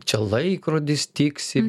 čia laikrodis tiksi